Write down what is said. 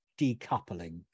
decoupling